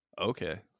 Okay